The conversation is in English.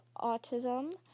autism